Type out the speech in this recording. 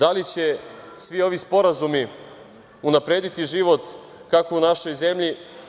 Da li će svi ovi sporazumi unaprediti život u našoj zemlji?